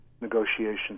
negotiations